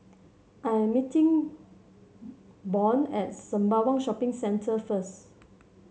I am meeting Byron at Sembawang Shopping Centre first